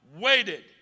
waited